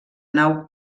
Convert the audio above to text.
nau